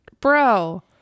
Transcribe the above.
bro